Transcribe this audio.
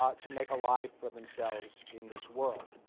um to make a life for themselves in this world.